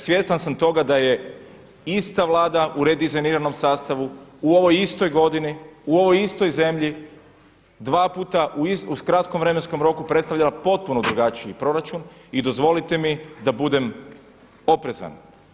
Svjestan sam toga da je ista Vlada u redizajniranom sastavu u ovoj istoj godini, u ovoj istoj zemlji dva puta u kratkom vremenskom roku predstavljala potpuno drugačiji proračun i dozvolite mi da budem oprezan.